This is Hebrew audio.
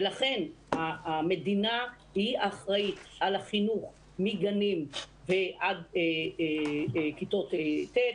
ולכן המדינה היא האחראית על החינוך מגנים עד כיתות ט'.